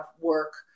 work